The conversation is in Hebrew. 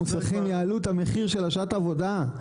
המוסכים יעלו את המחיר של שעת העבודה.